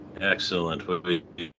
Excellent